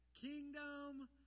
Kingdom